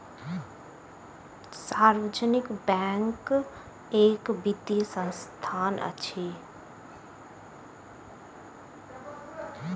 सार्वजनिक बैंक एक वित्तीय संस्थान अछि